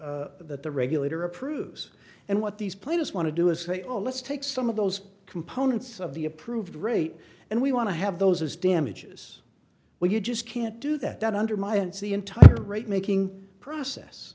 that the regulator approves and what these plaintiffs want to do is say oh let's take some of those components of the approved rate and we want to have those damages where you just can't do that under my it's the entire rate making process